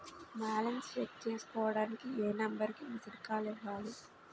Balance check చేసుకోవటానికి ఏ number కి మిస్డ్ కాల్ ఇవ్వాలి?